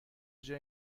جای